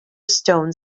stone